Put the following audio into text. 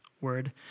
word